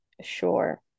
sure